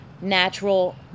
natural